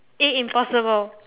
eh impossible